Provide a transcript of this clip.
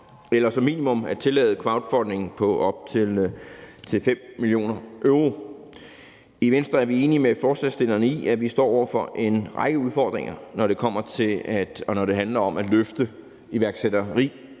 eller som minimum at tillade crowdfunding på op til 5 mio. euro. I Venstre er vi enige med forslagsstillerne i, at vi står over for en række udfordringer, når det handler om at løfte iværksætteriet